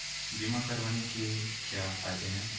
बीमा करवाने के क्या फायदे हैं?